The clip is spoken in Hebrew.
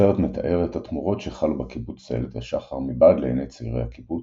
הסרט מתאר את התמורות שחלו בקיבוץ איילת השחר מבעד לעיני צעירי הקיבוץ,